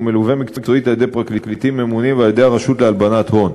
ומלווה מקצועית על-ידי פרקליטים ממונים ועל-ידי הרשות להלבנת הון.